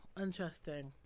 Interesting